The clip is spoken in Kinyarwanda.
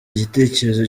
igitekerezo